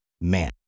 man